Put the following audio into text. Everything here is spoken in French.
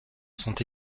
sont